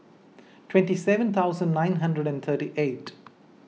twenty seven thousand nine hundred and thirty eight